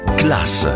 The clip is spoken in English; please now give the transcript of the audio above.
class